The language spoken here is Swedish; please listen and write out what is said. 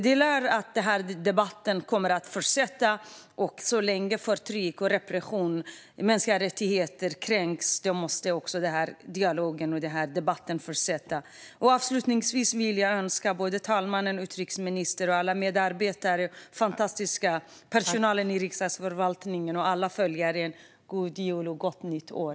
Den här debatten kommer att fortsätta. Så länge förtrycket och repressionen består och så länge mänskliga rättigheter kränks måste denna dialog och denna debatt fortsätta. Avslutningsvis vill jag önska fru talmannen, utrikesministern, alla medarbetare, personalen i Riksdagsförvaltningen och alla följare god jul och gott nytt år.